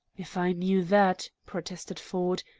if i knew that, protested ford,